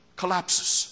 collapses